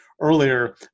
earlier